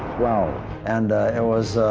and it was,